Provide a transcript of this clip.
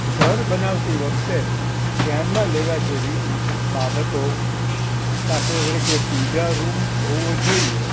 ઘર બનાવતી વખતે ધ્યાનમાં લેવા જેવી બાબતો દાખલા તરીકે પૂજા રૂમ હોવો જોઈએ